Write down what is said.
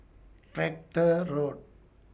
Tractor Road